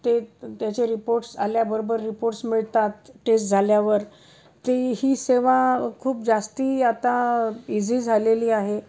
ते त्याचे रिपोर्ट्स आल्याबरोबर रिपोर्ट्स मिळतात टेस्ट झाल्यावर ती ही सेवा खूप जास्ती आता इझी झालेली आहे